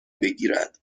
بگیرد